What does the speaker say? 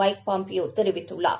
mic பாம்பியோதெரிவித்துள்ளார்